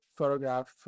photograph